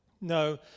No